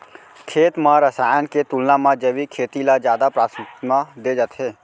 खेत मा रसायन के तुलना मा जैविक खेती ला जादा प्राथमिकता दे जाथे